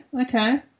okay